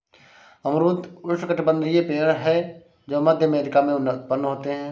अमरूद उष्णकटिबंधीय पेड़ है जो मध्य अमेरिका में उत्पन्न होते है